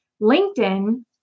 LinkedIn